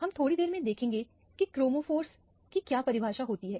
हम थोड़ी देर में देखेंगे कि क्रोमोफोरस की क्या परिभाषा होती है